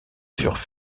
furent